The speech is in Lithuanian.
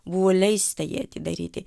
buvo leista jį atidaryti